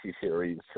series